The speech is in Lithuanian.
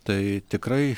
tai tikrai